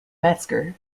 metzger